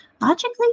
logically